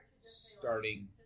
starting